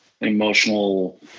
emotional